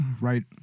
Right